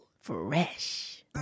Fresh